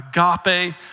agape